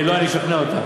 לא, אני אשכנע אותה.